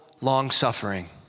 long-suffering